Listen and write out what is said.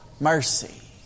Mercy